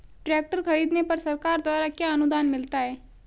Tractor खरीदने पर सरकार द्वारा क्या अनुदान मिलता है?